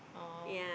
oh